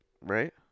right